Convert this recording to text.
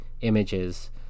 images